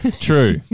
True